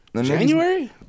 January